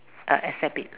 a~ accept it